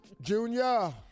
Junior